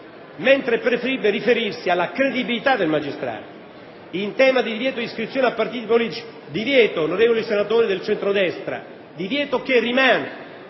mentre è preferibile riferirsi alla «credibilità del magistrato»; in tema di divieto di iscrizione a partiti politici - divieto, onorevoli senatori del centro-destra, che rimane